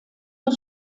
das